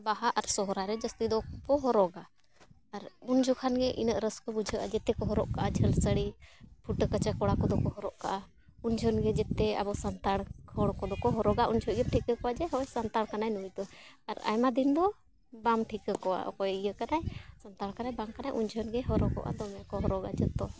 ᱵᱟᱦᱟ ᱟᱨ ᱥᱚᱦᱨᱟᱭ ᱨᱮ ᱡᱟᱹᱥᱛᱤ ᱫᱚᱠᱚ ᱦᱚᱨᱚᱜᱟ ᱟᱨ ᱩᱱ ᱡᱚᱠᱷᱚᱱ ᱜᱮ ᱤᱱᱟᱹᱜ ᱨᱟᱹᱥᱠᱟᱹ ᱵᱩᱡᱷᱟᱹᱜᱼᱟ ᱡᱷᱛᱚ ᱠᱚ ᱦᱚᱨᱚᱜ ᱠᱟᱜᱼᱟ ᱡᱷᱟᱹᱞ ᱥᱟᱹᱲᱤ ᱯᱷᱩᱴᱟᱹ ᱠᱟᱪᱟ ᱠᱚᱲᱟ ᱠᱚᱫᱚ ᱠᱚ ᱦᱚᱨᱚᱜ ᱠᱟᱜᱼᱟ ᱩᱱ ᱡᱚᱠᱷᱚᱱ ᱜᱮ ᱡᱷᱚᱛᱚ ᱟᱵᱚ ᱥᱟᱱᱛᱟᱲ ᱦᱚᱲ ᱠᱚᱫᱚ ᱠᱚ ᱦᱚᱨᱚᱜᱟ ᱩᱱ ᱡᱚᱠᱷᱚᱱ ᱜᱮᱢ ᱴᱷᱤᱠᱟᱹ ᱠᱚᱣᱟ ᱡᱮ ᱱᱚᱜᱼᱚᱭ ᱥᱟᱱᱛᱟᱲ ᱠᱟᱱᱟᱭ ᱱᱩᱭ ᱫᱚ ᱟᱨ ᱟᱭᱢᱟ ᱫᱤᱱ ᱫᱚ ᱵᱟᱢ ᱴᱷᱤᱠᱟᱹ ᱠᱚᱣᱟ ᱚᱠᱚᱭ ᱤᱭᱟᱹ ᱠᱟᱱᱟᱭ ᱥᱟᱱᱛᱟᱲ ᱠᱟᱱᱟᱭ ᱵᱟᱝ ᱠᱟᱱᱟᱭ ᱩᱱ ᱡᱚᱠᱷᱚᱱ ᱜᱮ ᱦᱚᱨᱚᱜᱚᱜᱼᱟ ᱫᱚᱢᱮ ᱠᱚ ᱦᱚᱨᱚᱜᱟ ᱡᱷᱚᱛᱚ